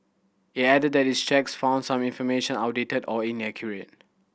it added that its checks found some information outdated or inaccurate